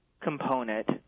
component